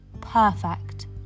Perfect